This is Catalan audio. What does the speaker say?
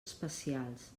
especials